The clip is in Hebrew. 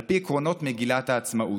על פי עקרונות מגילת העצמאות.